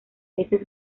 veces